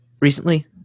recently